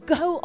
go